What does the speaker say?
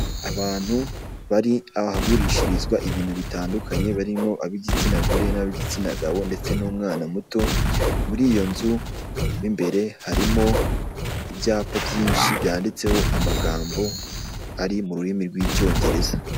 Abantu bari ahagurishirizwa ibintu bitandukanye barimo ab'igitsina gore nab'igitsina gabo ndetse n'umwana muto. Muri iyo nzu mu imbere harimo ibyapa byinshi byanditseho amagambo ari mu cyongereza.